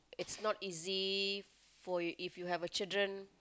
it's not easy for if you have a children